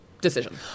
decision